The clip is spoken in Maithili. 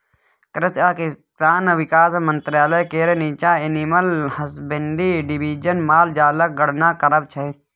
कृषि आ किसान बिकास मंत्रालय केर नीच्चाँ एनिमल हसबेंड्री डिबीजन माल जालक गणना कराबै छै